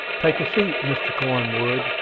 take a seat, mr. cornwood,